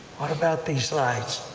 what about these lights,